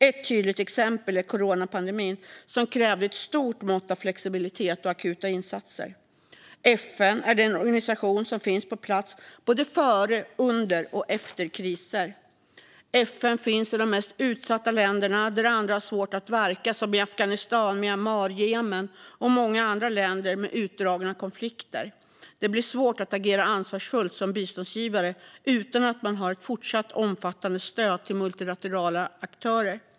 Ett tydligt exempel är coronapandemin som krävde ett stort mått av flexibilitet och akuta insatser. FN är den organisation som finns på plats både före, under och efter kriser. FN finns i de mest utsatta länderna där andra har svårt att verka, som Afghanistan, Myanmar, Jemen och många andra länder med utdragna konflikter. Det blir svårt att agera ansvarsfullt som biståndsgivare utan att man har ett fortsatt omfattande stöd till multilaterala aktörer.